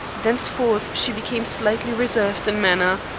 thenceforth she became slightly reserved in manner.